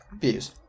views